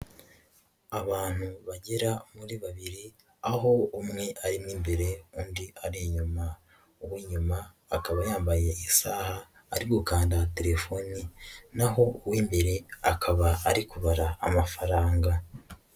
Abantu bagera muri babiri aho umwe arimo mbere, undi ari inyuma. Uw'inyuma akaba yambaye isaha ari gukanda telefoni na ho uw'imbere akaba ari kubara amafaranga.